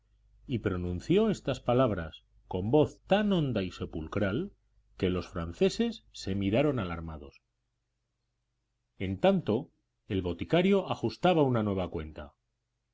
y pronunció estas palabras con voz tan honda y sepulcral que los franceses se miraron alarmados en tanto el boticario ajustaba una nueva cuenta